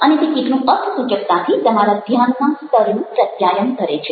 અને તે કેટલું અર્થસૂચકતાથી તમારા ધ્યાનના સ્તરનું પ્રત્યાયન કરે છે